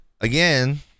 again